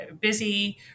busy